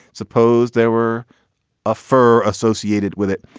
suppose there were a fur associated with it.